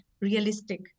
realistic